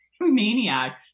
maniac